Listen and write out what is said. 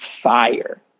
fire